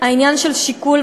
העניין של שיקול,